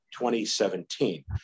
2017